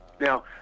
Now